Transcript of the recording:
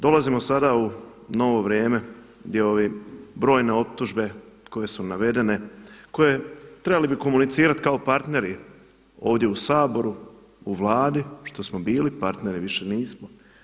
Dolazimo sada u novo vrijeme, gdje ove brojne optužbe koje su navedene, koje trebali bi komunicirati kao partneri ovdje u Saboru, u Vladi što smo bili partneri, više nismo.